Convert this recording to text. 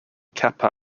kappa